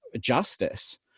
justice